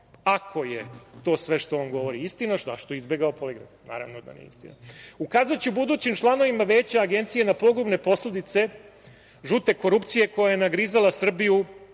Ako je to sve što on govori istina, zašto je izbegao poligraf. Naravno da nije istina. Ukazaću budućim članovima Veća Agencije na pogubne posledice žute korupcije koja je nagrizala Srbiju